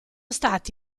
stati